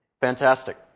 Fantastic